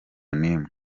n’imwe